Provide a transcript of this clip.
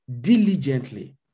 diligently